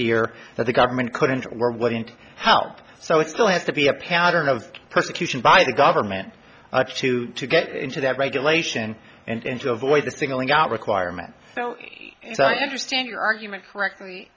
here that the government couldn't or wouldn't help so it still has to be a pattern of persecution by the government to get into that regulation and to avoid the singling out requirement so i understand your argument correctly